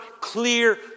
clear